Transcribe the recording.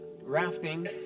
rafting